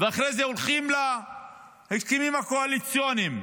ואחרי זה הולכים להסכמים הקואליציוניים,